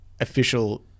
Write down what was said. official